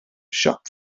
siop